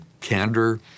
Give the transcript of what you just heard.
candor